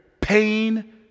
pain